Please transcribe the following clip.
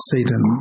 Satan